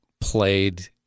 played